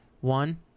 One